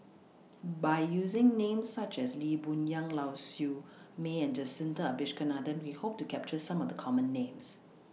By using Names such as Lee Boon Yang Lau Siew Mei and Jacintha Abisheganaden We Hope to capture Some of The Common Names